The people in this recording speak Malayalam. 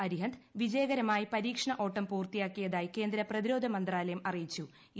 അരിഹന്ത് വിജയകരമായി പരീക്ഷണ്ണ ഓട്ട് പൂർത്തിയാക്കിയതായി കേന്ദ്ര പ്രതി രോധ മന്ത്രാലയം അറിയിച്ചു്